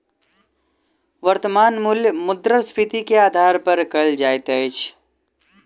वर्त्तमान मूल्य मुद्रास्फीति के आधार पर कयल जाइत अछि